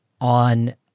on